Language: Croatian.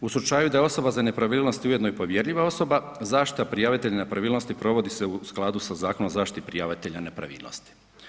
U slučaju da osoba za nepravilnosti ujedno i povjerljiva osoba, zaštita prijavitelja nepravilnosti provodi se u skladu sa Zakonom o zaštiti prijavitelja nepravilnosti.